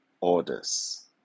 orders